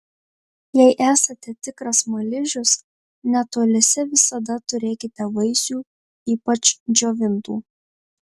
jei esate tikras smaližius netoliese visada turėkite vaisių ypač džiovintų